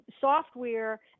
software